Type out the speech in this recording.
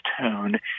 tone